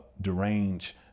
deranged